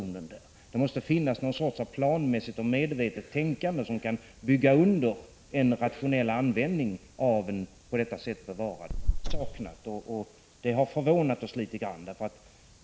1985/86:155 planmässigt och medvetet tänkande som kan bygga under en rationell 29 maj 1986 användning av en på detta sätt bevarad kapacitet. Det har vi saknat, och det har förvånat oss litet grand.